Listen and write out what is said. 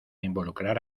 involucrar